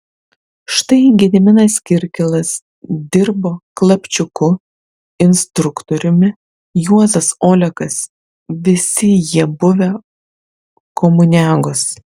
štai gediminas kirkilas dirbo klapčiuku instruktoriumi juozas olekas visi jie buvę komuniagos